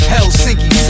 Helsinki